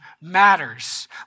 matters